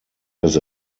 das